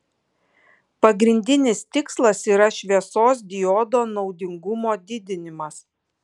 pagrindinis tikslas yra šviesos diodo naudingumo didinimas